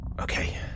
Okay